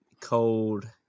cold